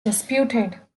disputed